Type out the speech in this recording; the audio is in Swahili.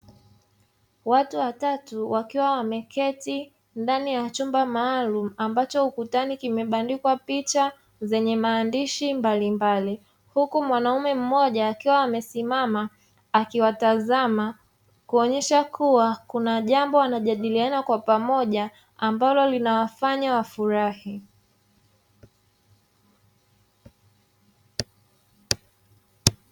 Watu watatu wakiwa wameketi ndani ya chumba maalumu, ambacho ukutani kimebandikwa picha zenye maandishi mbalimbali, huku mwanamume mmoja akiwa amesimama akiwatazama, kuonyesha kuwa kuna jambo wanajalidiana kwa pamoja ambalo linawafanya wafurahi.